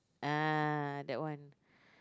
ah that one